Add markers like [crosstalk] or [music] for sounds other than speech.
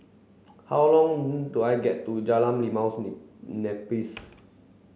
[noise] how long do I get to Jalan Limaus [unintelligible] Nipis